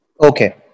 Okay